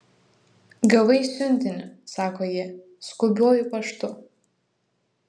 gavai siuntinį sako ji skubiuoju paštu